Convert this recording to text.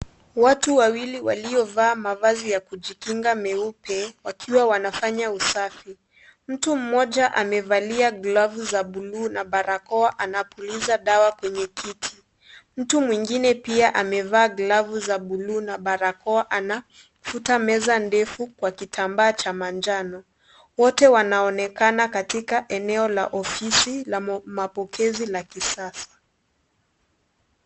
Watu wawili waliovaa mavazi ya kujikinga meupe wakiwa wanafanya usafi. Mtu mmoja amevalia glovu za buluu na barakoa anapuliza dawa kwenye kiti. Mtu mwingine pia amevaa glovu za buluu na barakoa anafuta meza ndefu kwa kitambaa cha manjano. Wote wanaonekana katika eneo la ofisi la mapokezi la kisasa.